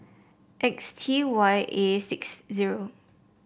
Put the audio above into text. X T Y A six zero